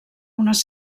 unes